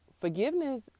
forgiveness